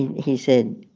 and he said,